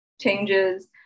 changes